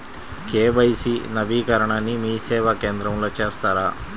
KYC నవీకరణని మీసేవా కేంద్రం లో చేస్తారా?